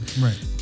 Right